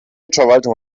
paketverwaltung